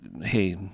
hey